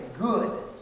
good